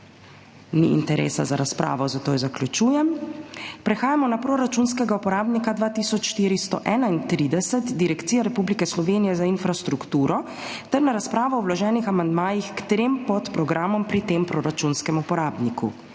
Ni interesa za razpravo, zato jo zaključujem. Prehajamo na proračunskega uporabnika 2431 Direkcija Republike Slovenije za infrastrukturo ter na razpravo o vloženih amandmajih k trem podprogramom pri tem proračunskem uporabniku.